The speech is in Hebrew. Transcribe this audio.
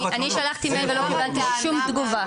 אני שלחתי אימייל ולא קיבלתי שום תגובה.